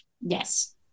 Yes